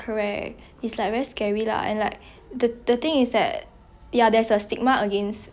but there's also a stigma against like skinny people like you see everybody see those supermodel then they will be like